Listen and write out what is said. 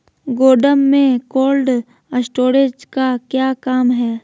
गोडम में cold storage का क्या काम है?